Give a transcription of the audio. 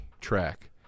track